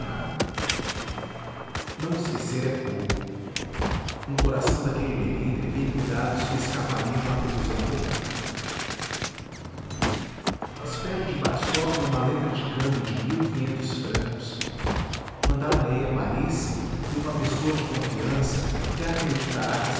nada não esquecer é pouco um coração daquele melindre tem cuidados que escapariam à previsão comum espero de varsóvia uma letra de câmbio de mil e quinhentos francos mandá la ei a paris a uma pessoa de confiança que acreditará que